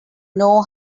know